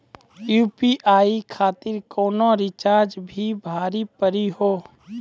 UPI खातिर कोनो charge भी भरी पड़ी हो?